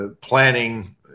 planning